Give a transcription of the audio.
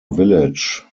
village